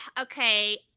okay